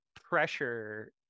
pressure